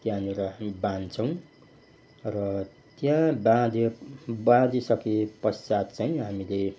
त्यहाँनिर बाँध्छौँ र त्यहाँ बाँध्यो बाँधिसकेपश्चात चाहिँ हामीले